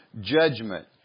judgment